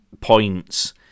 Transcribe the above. points